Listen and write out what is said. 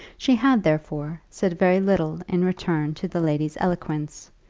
she had, therefore, said very little in return to the lady's eloquence,